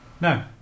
No